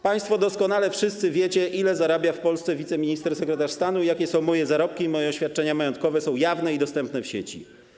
Państwo doskonale wszyscy wiecie, ile zarabia w Polsce wiceminister, sekretarz stanu i jakie są moje zarobki i moje oświadczenia majątkowe są jawne i dostępne w sieci.